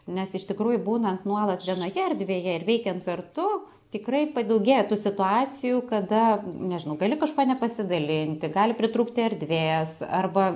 nes iš tikrųjų būnant nuolat vienoje erdvėje ir veikiant kartu tikrai padaugėja tų situacijų kada nežinau gali kažko nepasidalinti gali pritrūkti erdvės arba